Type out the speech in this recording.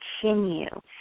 continue